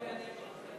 (קוראת בשמות חברי הכנסת)